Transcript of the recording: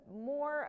more